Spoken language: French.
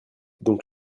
donc